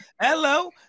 Hello